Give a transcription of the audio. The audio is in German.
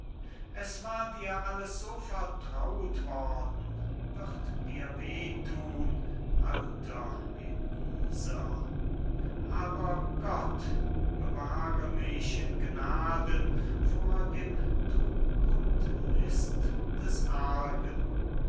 es war dir alles so vertraut worden wird dir weh thun alter elieser aber gott bewahre mich in gnaden vor dem trug und list des argen